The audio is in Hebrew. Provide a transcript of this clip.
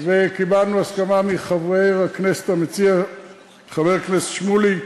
קיבלנו הסכמה מחבר הכנסת המציע, חבר הכנסת שמולי,